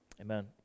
amen